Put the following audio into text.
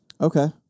Okay